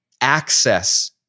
access